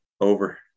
over